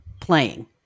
playing